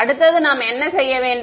அடுத்தது நாம் என்ன செய்ய வேண்டும்